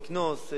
תקנוס,